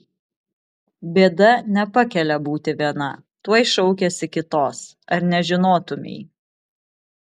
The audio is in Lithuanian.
bėda nepakelia būti viena tuoj šaukiasi kitos ar nežinotumei